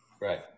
right